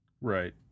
Right